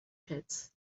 pits